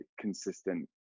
consistent